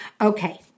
Okay